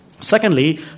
Secondly